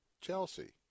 Chelsea